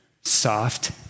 soft